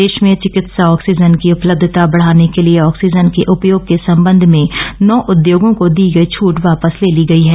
देश में चिकित्सा ऑक्सीजन की उपलब्यता बढाने के लिए ऑक्सीजन के उपयोग के संबंध में नौ उद्योगों को दी गई छट वापस ले ली गई है